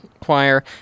Choir